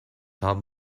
haben